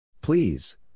please